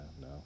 no